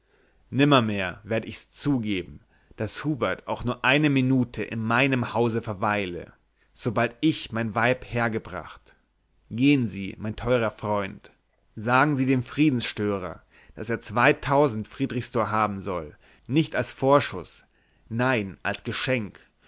nimmermehr werde ich's zugeben daß hubert auch nur eine minute in meinem hause verweile sobald ich mein weib hergebracht gehen sie mein teurer freund sagen sie dem friedenstörer daß er zweitausend friedrichsdor haben soll nicht als vorschuß nein als geschenk